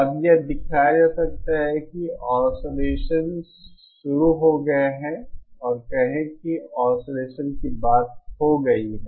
अब यह दिखाया जा सकता है कि ऑसिलेसन शुरू हो गए हैं और कहें कि ऑसिलेसन की बात हो गई है